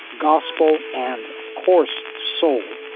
gospel and of course, soul